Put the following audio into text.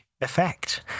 effect